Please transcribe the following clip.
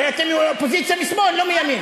אני מבקשת לסיים.